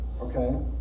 okay